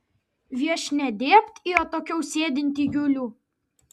viešnia dėbt į atokiau sėdintį julių